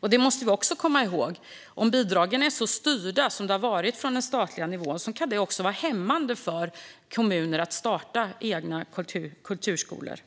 Detta måste vi också komma ihåg. Om bidragen är så styrda som de har varit från statlig nivå kan det vara hämmande för kommuner som vill starta egna kulturskolor.